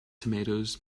tomatoes